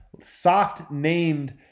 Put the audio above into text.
soft-named